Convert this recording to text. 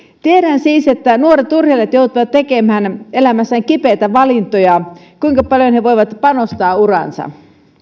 tiedän siis että nuoret urheilijat joutuvat tekemään elämässään kipeitä valintoja siitä kuinka paljon he voivat panostaa uraansa